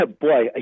boy